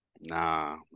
Nah